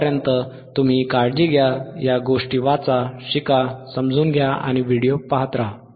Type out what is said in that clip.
तोपर्यंत तुम्ही काळजी घ्या या गोष्टी वाचा शिका समजून घ्या आणि व्हिडिओ पहा